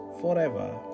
forever